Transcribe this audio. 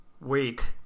Wait